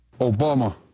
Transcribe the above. obama